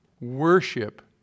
worship